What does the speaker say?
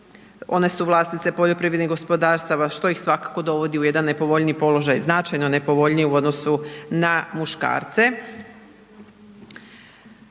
one su vlasnice poljoprivrednih gospodarstava što ih svakako dovodi u jedan nepovoljniji položaj, značajno nepovoljnije u odnosu na muškarce.